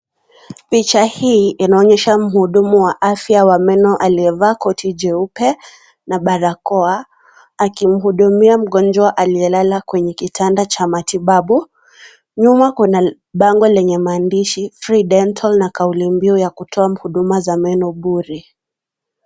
Picha hii inaonyesha mhudumu wa afya wa meno aliyevaa koti jeupe na barakoa. Akimhudumia mgonjwa aliyelala kwenye kitanda cha matibabu. Nyuma, kuna bango lenye maandishi, free dental na kauli mbiu ya kutoa huduma za meno bure.